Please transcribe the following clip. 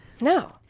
No